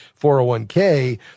401k